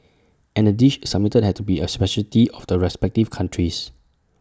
and the dish submitted had to be A speciality of the respective countries